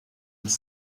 ums